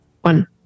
one